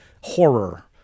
horror